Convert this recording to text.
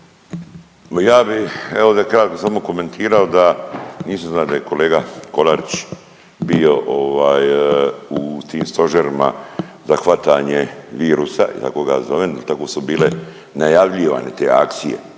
da kažem samo komentirao da nisam zna da je kolega Kolarić bio ovaj u tim stožerima za hvatanje virusa, kako ga zovem, tako su bile najavljivane te akcije.